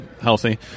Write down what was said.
healthy